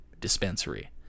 dispensary